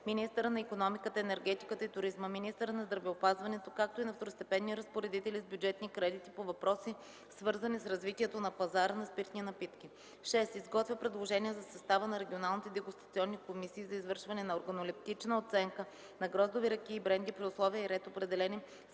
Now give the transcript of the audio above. министъра на икономиката, енергетиката и туризма, министъра на здравеопазването, както и на второстепенни разпоредители с бюджетни кредити по въпроси, свързани с развитието на пазара на спиртни напитки; 6. изготвя предложения за състава на регионалните дегустационни комисии за извършване на органолептична оценка на гроздови ракии и бренди при условие и ред, определени